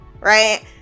right